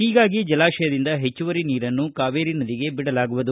ಹೀಗಾಗಿ ಜಲಾಶಯದಿಂದ ಹೆಚ್ಚುವರಿ ನೀರನ್ನು ಕಾವೇರಿ ನದಿಗೆ ಬಿಡಲಾಗುವುದು